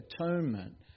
atonement